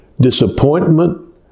disappointment